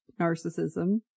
narcissism